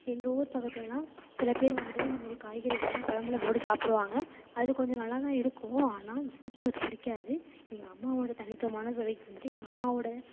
எங்கள் ஊர் பக்கத்துலெலாம் சில பேர் வந்துட்டு இந்தமாதிரி காய்கறிகளெலாம் குழம்புல போட்டு சாப்பிடுவாங்க அது கொஞ்சம் நல்லாதான் இருக்கும் ஆனால் எனக்கு அது பிடிக்காது எங்கள் அம்மாவோட தனித்துவமான சுவைக்கு வந்துட்டு எங்கள் அம்மாவோட